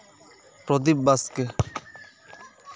Pradip Baske